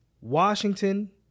Washington